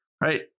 Right